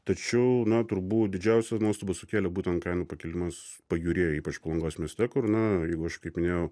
tačiau na turbūt didžiausią nuostabą sukėlė būtent kainų pakilimas pajūryje ypač palangos mieste kur na jeigu aš kaip minėjau